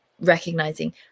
recognizing